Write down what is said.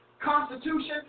Constitution